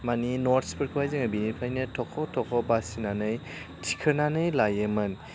माने नटसफोरखौहाय जों बिनिफ्रायनो थख' थख' बासिनानै थिखोनानै लायोमोन